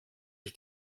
ich